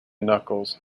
knuckles